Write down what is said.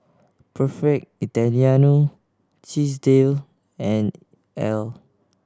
Perfect Italiano Chesdale and Elle